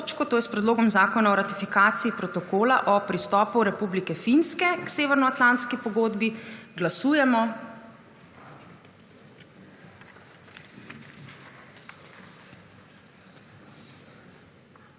to je s Predlogom zakona o ratifikaciji Protokola o pristopu Republike Finske k Severnoatlantski pogodbi. Glasujemo.